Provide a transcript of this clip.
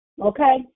Okay